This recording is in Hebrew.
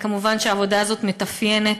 כמובן, העבודה הזאת מתאפיינת